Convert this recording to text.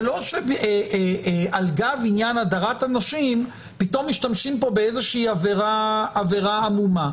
זה לא שעל גב עניין הדרת הנשים פתאום משתמשים פה באיזושהי עבירה עמומה.